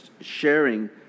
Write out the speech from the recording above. sharing